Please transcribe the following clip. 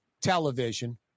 television